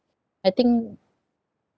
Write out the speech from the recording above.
I think